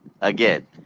Again